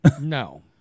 No